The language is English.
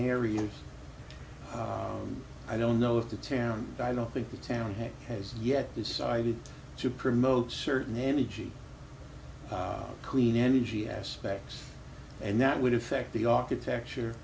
areas i don't know if the town i don't think the town has has yet decided to promote certain energy clean energy aspects and that would affect the architecture